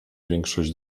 większość